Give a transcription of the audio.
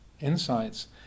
insights